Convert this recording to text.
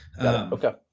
Okay